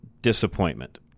disappointment